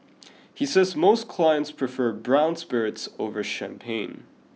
he says most clients prefer brown spirits over champagne